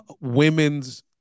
women's